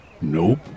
Nope